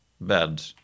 bed